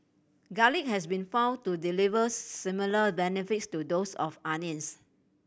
garlic has been found to deliver similar benefits to those of onions